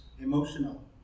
emotional